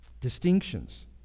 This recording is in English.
distinctions